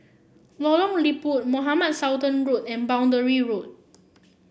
Lorong Liput Mohamed Sultan Road and Boundary Road